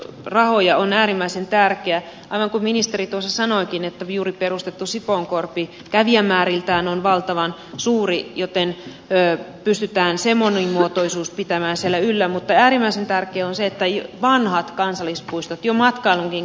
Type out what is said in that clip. rahoja on äärimmäisen tärkeää onko ministeri jose sanoikin että juuri perustettu sipoonkorpi kävijämääriltään on valtavan suuri joten kysytään sen monimuotoisuus pitävänsä levyllä mutta äärimmäisen tärkeä on se ettei vanhat kansallispuisto jo matkailunkin